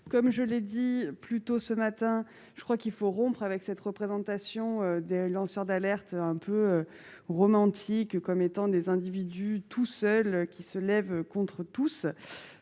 Comme je l'ai dit plus tôt ce matin, je pense qu'il faut rompre avec cette représentation des lanceurs d'alerte un peu romantique, comme étant des individus qui se lèvent seuls contre tous,